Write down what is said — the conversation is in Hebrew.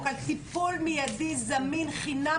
אלא על המחלקה המגדרית,